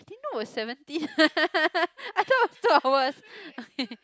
I didn't know it was seventeen I thought it was two hours